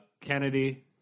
Kennedy